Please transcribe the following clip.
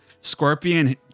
Scorpion